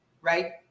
right